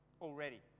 already